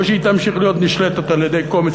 או שהיא תמשיך להיות נשלטת על-ידי קומץ,